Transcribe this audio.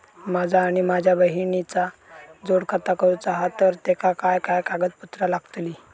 माझा आणि माझ्या बहिणीचा जोड खाता करूचा हा तर तेका काय काय कागदपत्र लागतली?